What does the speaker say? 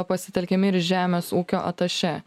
pasitelkiami ir žemės ūkio atašė